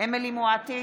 אמילי חיה מואטי,